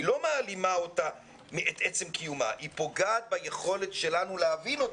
היא לא מעלימה אותה מעצם קיומה היא פוגעת ביכולת שלנו להבין אותה.